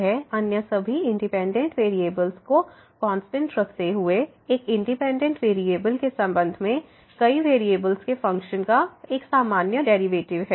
यह अन्य सभी इंडिपेंडेंट वेरिएबल्स को कांस्टेंट रखते हुए एक इंडिपेंडेंट वेरिएबल्स के संबंध में कई वेरिएबल्स के फ़ंक्शन का एक सामान्य डेरिवेटिव है